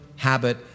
habit